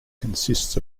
consists